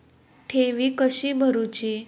ठेवी कशी भरूची?